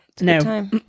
No